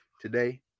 today